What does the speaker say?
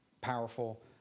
powerful